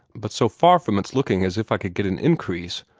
but so far from its looking as if i could get an increase,